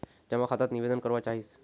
जमा खाता त निवेदन करवा चाहीस?